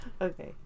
Okay